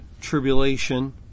tribulation